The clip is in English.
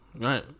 Right